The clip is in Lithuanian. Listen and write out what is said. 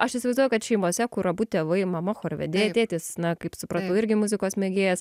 aš įsivaizduoju kad šeimose kur abu tėvai mama chorvedė tėtis na kaip supratau irgi muzikos mėgėjas